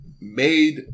made